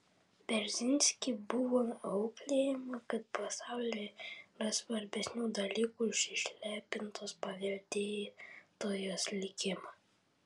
brzezinski buvo auklėjama kad pasaulyje yra svarbesnių dalykų už išlepintos paveldėtojos likimą